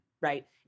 right